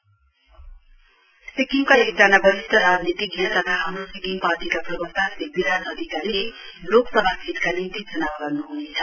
H S P सिक्कमका एकजना वरिस्ट राजनीतिज्ञ तथा हाम्रो सिक्किम पार्टीका प्रवक्ता श्री विराज अधिकारीले लोकसभा सीटका निम्ति चुनाउ लड्नुहुनेछ